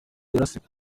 yarasiwe